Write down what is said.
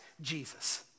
Jesus